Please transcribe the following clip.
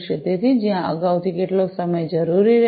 તેથી જ્યાં અગાઉથી કેટલો સમય જરૂરી રહેશે